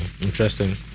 Interesting